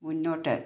മുന്നോട്ട്